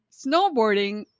snowboarding